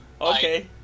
Okay